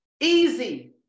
easy